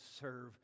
serve